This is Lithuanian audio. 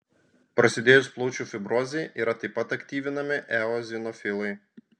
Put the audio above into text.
prasidėjus plaučių fibrozei yra taip pat aktyvinami eozinofilai